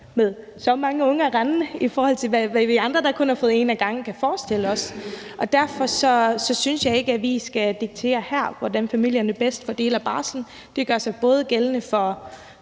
have så mange unger rendende i forhold til os andre, der kun har fået et barn ad gangen, forestiller jeg mig, og derfor synes jeg ikke, at vi her skal diktere, hvordan familierne bedst fordeler barslen. Det gør sig både gældende, når